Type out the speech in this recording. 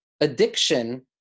addiction